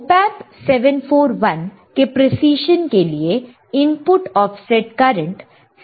op amp 741 के precision के लिए input offset current 6 nano ampere है